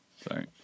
Sorry